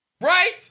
Right